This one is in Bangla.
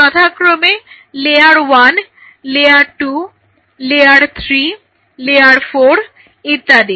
যথাক্রমে লেয়ার 1 লেয়ার 2 লেয়ার 3 লেয়ার 4 ইত্যাদি